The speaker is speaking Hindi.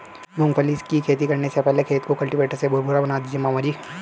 मूंगफली की खेती करने से पहले खेत को कल्टीवेटर से भुरभुरा बना दीजिए मामा जी